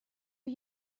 are